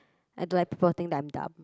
I don't like people to think that I am dumb